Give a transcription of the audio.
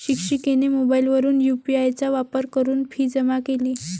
शिक्षिकेने मोबाईलवरून यू.पी.आय चा वापर करून फी जमा केली